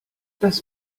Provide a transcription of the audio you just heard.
das